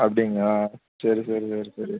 அப்படிங்களா சரி சரி சரி சரி